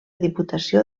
diputació